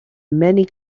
many